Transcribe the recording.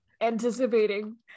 anticipating